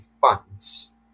funds